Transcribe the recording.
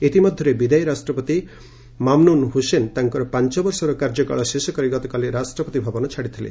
ଇତିମଧ୍ୟରେ ବିଦାୟୀ ରାଷ୍ଟ୍ରପତି ମାମ୍ନୁନ୍ ହୁସେନ୍ ତାଙ୍କର ପାଞ୍ଚବର୍ଷର କାର୍ଯ୍ୟକାଳ ଶେଷ କରି ଗତକାଲି ରାଷ୍ଟ୍ରପତି ଭବନ ଛାଡ଼ିଥିଲେ